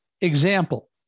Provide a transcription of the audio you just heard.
Example